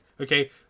okay